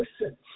listen